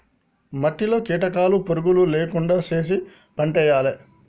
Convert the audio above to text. మట్టిలో కీటకాలు పురుగులు లేకుండా చేశి పంటేయాలే